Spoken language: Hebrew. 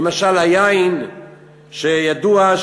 למשל היין שידוע,